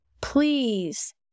please